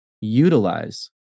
utilize